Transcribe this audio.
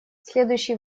следующий